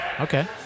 Okay